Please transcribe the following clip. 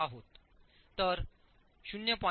तर 0